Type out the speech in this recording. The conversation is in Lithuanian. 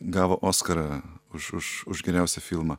gavo oskarą už už už geriausią filmą